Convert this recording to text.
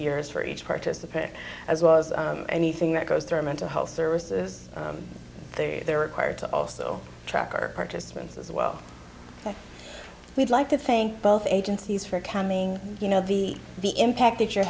years for each participant as well as anything that goes through mental health services they're required to also trucker participants as well we'd like to thank both agencies for coming you know the the impact that you're